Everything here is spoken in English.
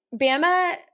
Bama